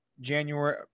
January